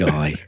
Guy